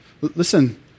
Listen